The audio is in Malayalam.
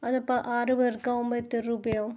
അതിപ്പം ആറുപേര്ക്കാകുമ്പോൾ എത്ര രൂപയാവും